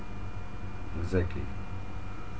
exactly